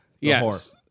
Yes